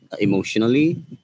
emotionally